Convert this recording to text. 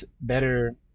better